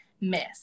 miss